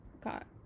got